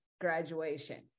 graduation